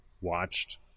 watched